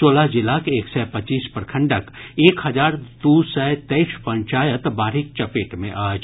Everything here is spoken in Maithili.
सोलह जिलाक एक सय पच्चीस प्रखंडक एक हजार दू सय तेईस पंचायत बाढ़िक चपेट मे अछि